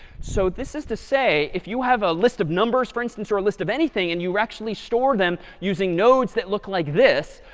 so this is to say if you have a list of numbers, for instance, or a list of anything and you actually store them using nodes that look like this,